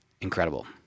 incredible